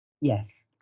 Yes